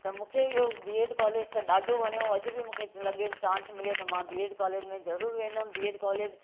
त मूंखे इहो बीएड कालेज त ॾाढो वणियो अॼ बि मूंखे लॻे चान्स मिले त मां बीएड कालेज में ज़रूर वेंदमि बीएड कालेज